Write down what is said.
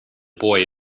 boy